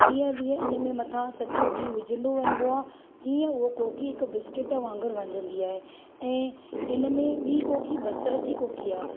टीह ॾींहं हिन में मथां सचो गिहु विझंदो वञिबो आहे तीअं उहा कोकी हिकु बिस्किट वांगुरु वञजंदी आहे ऐं इन में ॿीं कोकी बसर जी कोकी आहे